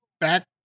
back